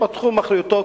זה בתחום אחריותו,